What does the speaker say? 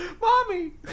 mommy